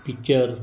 picture